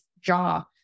jaw